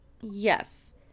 Yes